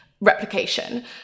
replication